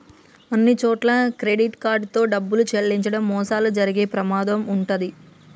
అన్నిచోట్లా credit card తో డబ్బులు చెల్లించడం మోసాలు జరిగే ప్రమాదం వుంటది